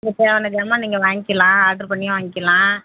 இங்கே நீங்கள் வாங்கிக்கிலாம் ஆர்ட்ரு பண்ணி வாங்கிக்கிலாம்